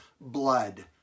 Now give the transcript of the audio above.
blood